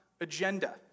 agenda